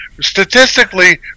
statistically